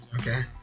Okay